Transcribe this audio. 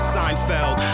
Seinfeld